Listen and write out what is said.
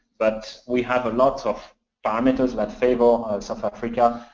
but we have a lot of parameters that favor south africa.